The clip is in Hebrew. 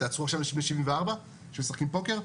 תעצרו עכשיו בני 74 שמשחקים פוקר?